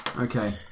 Okay